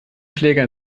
schläger